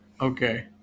Okay